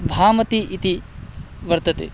भामति इति वर्तते